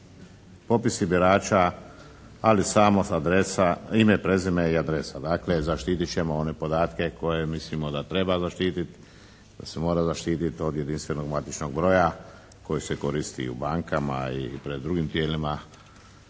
popisi birača, ali samo adresa, ime, prezime i adresa. Dakle, zaštiti ćemo one podatke koje mislimo da treba zaštiti, da se mora zaštiti od jedinstvenog matičnog broja koji se koristi u bankama i pred drugim tijelima